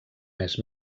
més